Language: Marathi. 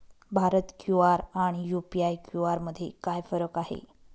भारत क्यू.आर आणि यू.पी.आय क्यू.आर मध्ये काय फरक आहे?